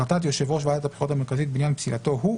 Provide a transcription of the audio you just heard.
החלטת יושב ראש ועדת הבחירות המרכזית בעניין פסילתו הוא,